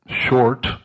short